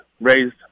raised